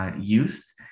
youth